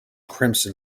crimson